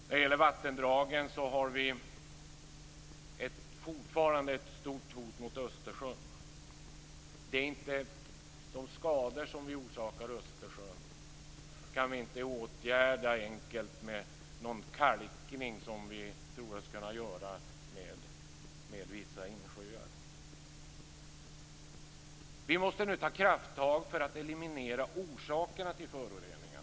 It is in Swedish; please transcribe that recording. När det gäller vattendragen har vi fortfarande ett stort hot mot Östersjön. De skador som vi orsakar Östersjön kan vi inte åtgärda enkelt med någon kalkning som vi tror oss kunna göra med vissa insjöar. Vi måste nu ta krafttag för att eliminera orsakerna till föroreningarna.